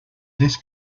this